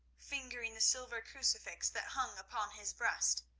fingering the silver crucifix that hung upon his breast.